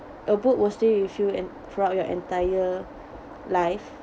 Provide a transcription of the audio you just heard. a book will stay with you and throughout your entire life